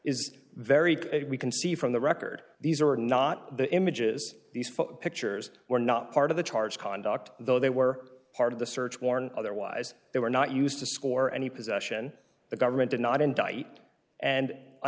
is very we can see from the record these are not the images these pictures were not part of the charge conduct though they were part of the search warrant otherwise they were not used to score any possession the government did not indict and